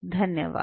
धन्यवाद